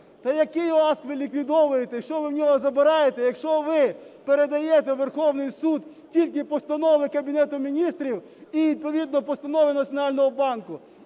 Та який ОАСК ви ліквідовуєте і що ви в нього забираєте, якщо ви передаєте у Верховний Суд тільки постанови Кабінету Міністрів і відповідно постанови Національного банку,